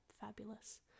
fabulous